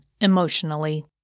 emotionally